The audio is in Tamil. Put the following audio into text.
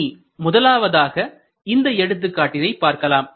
இனி முதலாவதாக இந்த எடுத்துக்காட்டினை பார்க்கலாம்